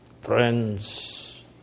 Friends